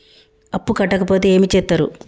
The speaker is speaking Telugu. అప్పు కట్టకపోతే ఏమి చేత్తరు?